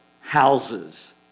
houses